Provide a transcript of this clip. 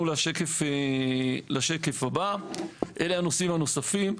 השקף הבא, אלה הנושאים הנוספים.